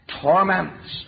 torments